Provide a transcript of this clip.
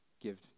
give